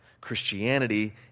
Christianity